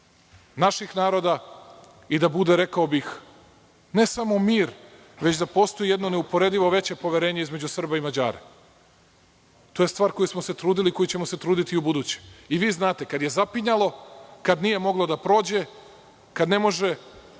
naših naroda, i da bude, rekao bih, ne samo mir, već da postoji jedno neuporedivo veće poverenje između Srba i Mađara. To je stvar koju smo se trudili i koju ćemo se truditi i u buduće. I vi znate, kada je zapinjalo, kada nije moglo da prođe, kad ne može,